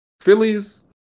Phillies